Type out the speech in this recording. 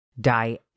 die